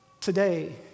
Today